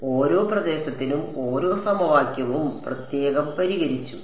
അതിനാൽ ഓരോ പ്രദേശത്തിനും ഓരോ സമവാക്യവും പ്രത്യേകം പരിഹരിച്ചു